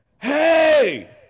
hey